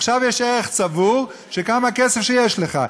עכשיו יש ערך צבור של כמה כסף שיש לך.